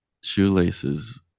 shoelaces